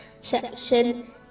section